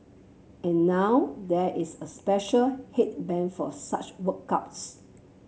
and now there is a special headband for such workouts